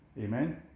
Amen